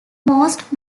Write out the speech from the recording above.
most